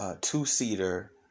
two-seater